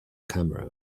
camera